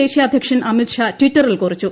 ദേശീയ അദ്ധ്യക്ഷൻ അമിത് ഷാ ട്വിറ്ററിൽ കുറിച്ചു